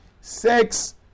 Sex